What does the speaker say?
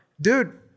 dude